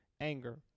anger